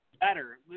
better